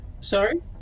Sorry